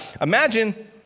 Imagine